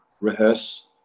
rehearse